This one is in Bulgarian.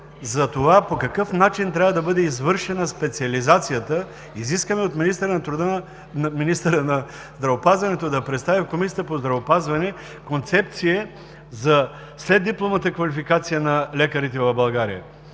за това по какъв начин трябва да бъде извършена специализацията, изискана от министъра на здравеопазването – да представи в Комисията по здравеопазването Концепция за следдипломната квалификация на лекарите в България.